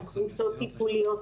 על קבוצות טיפוליות,